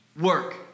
Work